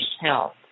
health